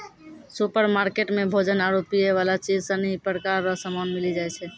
supermarket मे भोजन आरु पीयवला चीज सनी प्रकार रो समान मिली जाय छै